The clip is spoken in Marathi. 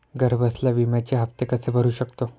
घरबसल्या विम्याचे हफ्ते कसे भरू शकतो?